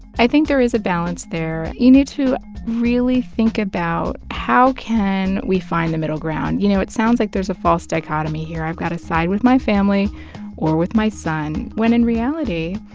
i think there is a balance there. you need to really think about how can we find the middle ground? you know, it sounds like there's a false dichotomy here. i've got side with my family or with my son, when in reality,